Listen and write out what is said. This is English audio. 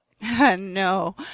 no